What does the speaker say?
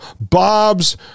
Bob's